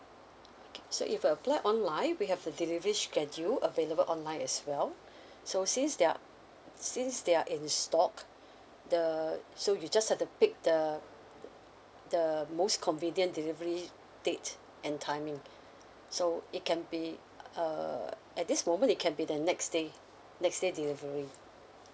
okay so if you apply online we have the delivery schedule available online as well so since they are since they are in stock the so you just have to pick the the most convenient delivery date and timing so it can be uh at this moment it can be the next day next day delivery